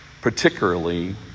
particularly